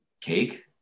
Cake